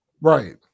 right